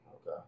Okay